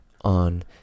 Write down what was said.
on